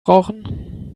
brauchen